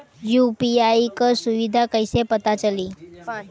UPI क सुविधा कैसे पता चली?